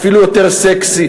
אפילו יותר סקסי,